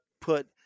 put